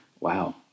Wow